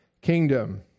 kingdom